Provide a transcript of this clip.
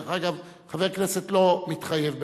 דרך אגב, חבר כנסת לא מתחייב בכך.